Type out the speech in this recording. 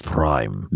Prime